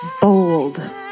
bold